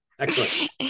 Excellent